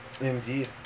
Indeed